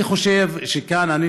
כמובן.